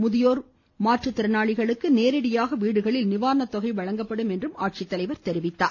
முதியவர் மாற்றுதிறனாளிகளுக்கு நேரடியாக வீடுகளில் நிவாரணதொகை வழங்கப்படும் என்றார்